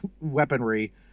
weaponry